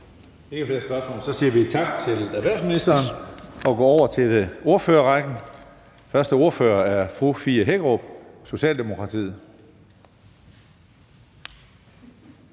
Så siger vi tak til erhvervsministeren og går over til ordførerrækken. Første ordfører er fru Fie Hækkerup, Socialdemokratiet.